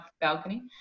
balcony